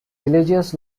religious